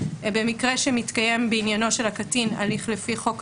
אבל זאת כל עוד יש הסכמה לפנייה לגורם